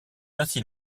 ainsi